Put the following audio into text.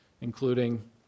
including